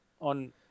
on